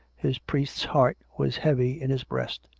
his priest's heart was heavy in his breast.